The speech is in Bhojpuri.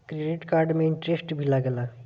क्रेडिट कार्ड पे इंटरेस्ट भी लागेला?